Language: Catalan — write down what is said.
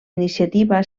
iniciativa